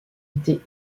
était